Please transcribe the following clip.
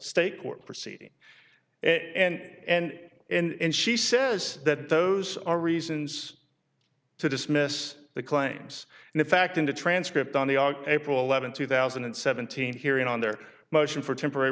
state court proceeding and and she says that those are reasons to dismiss the claims and in fact into transcript on the april eleventh two thousand and seventeen hearing on their motion for temporary